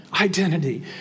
identity